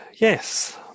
yes